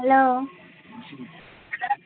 hello